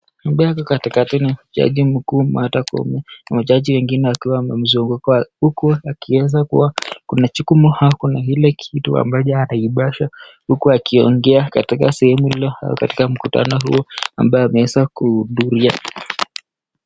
Ambaye ako katikati ni jaji mkuu Martha Koome na jaji wengine wakiwa wamemzunguka huku wakieza kuwa kuna jukumu au kuna kile kitu hicho ambacho anaipasha huku akiongea katika sehemu iliyo katika mkutano huu ambao amaweza kuhudhuria.